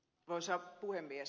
arvoisa puhemies